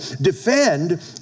defend